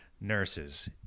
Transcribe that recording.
nurses